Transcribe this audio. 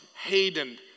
Hayden